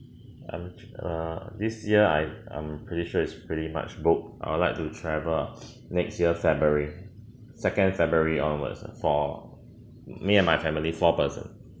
um err this year I I'm pretty sure is pretty much booked I would like to travel next year february second february onwards ah for me and my family four person